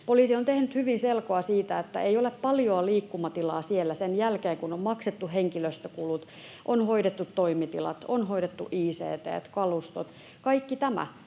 Poliisi on tehnyt hyvin selkoa siitä, että siellä ei ole paljoa liikkumatilaa sen jälkeen, kun on maksettu henkilöstökulut, on hoidettu toimitilat, on hoidettu ict:t, kalustot, kaikki tämä.